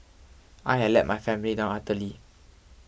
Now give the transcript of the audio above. I had let my family down utterly